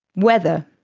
weather.